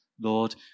Lord